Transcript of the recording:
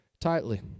Tightly